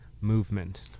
movement